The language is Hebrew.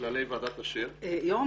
כללי ועדת אָשֵר --- יורם,